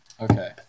Okay